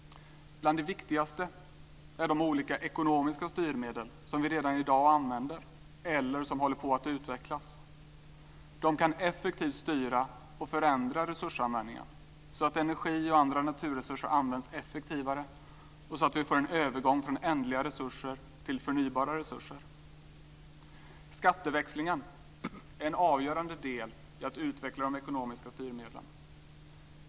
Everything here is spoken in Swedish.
Bland det viktigaste är de olika ekonomiska styrmedel som vi redan i dag använder eller som håller på att utvecklas. De kan effektivt styra och förändra resursanvändningen så att energi och andra naturresurser används effektivare och så att vi får en övergång från ändliga resurser till förnybara resurser. Skatteväxlingen är en avgörande del i att utveckla de ekonomiska styrmedlen.